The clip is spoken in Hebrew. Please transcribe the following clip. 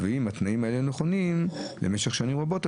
אם התנאים האלה נכונים למשך שנים רבות,